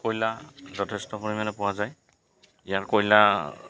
কয়লা যথেষ্ট পৰিমাণে পোৱা যায় ইয়াৰ কয়লা